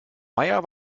meier